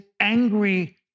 angry